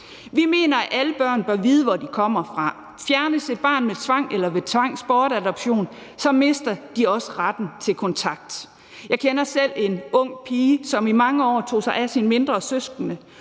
Vi mener, at alle børn bør vide, hvor de kommer fra. Fjernes børn med tvang eller ved tvangsbortadoption, mister de også retten til kontakt. Jeg kender selv en ung pige, som i mange år tog sig af sine mindre søskende.